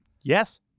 Yes